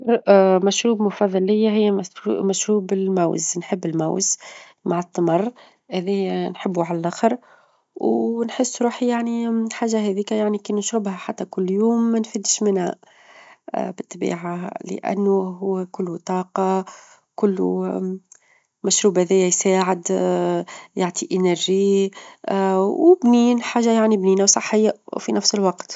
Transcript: أكثر مشروب مفظل لي هي -مس- مشروب الموز نحب الموز مع التمر، هذي نحبو على اللخر، ونحس روحي يعني حاجة هاذيك يعني كي نشربها حتى كل يوم ما نفدش منها <>hesitation بالطبيعة؛ لأنه هو كلو طاقة كلو مشروب هذيا يساعد، يعطي طاقة وبنين، حاجة يعني بنينة، وصحية في نفس الوقت.